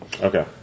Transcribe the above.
Okay